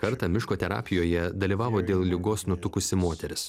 kartą miško terapijoje dalyvavo dėl ligos nutukusi moteris